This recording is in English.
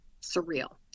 surreal